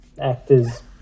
actors